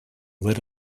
lit